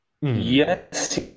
Yes